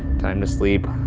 time to sleep,